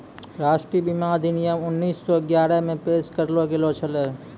राष्ट्रीय बीमा अधिनियम उन्नीस सौ ग्यारहे मे पेश करलो गेलो छलै